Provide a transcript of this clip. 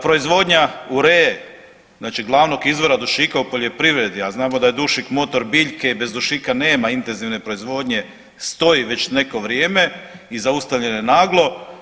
Proizvodnja uree, znači glavnog izvora dušika u poljoprivredi, a znamo da je dušik motor biljke, bez dušika nema intenzivne proizvodnje stoji već neko vrijeme i zaustavljeno je naglo.